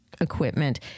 equipment